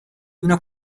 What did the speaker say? una